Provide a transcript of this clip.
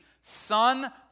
son